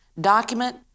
document